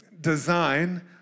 design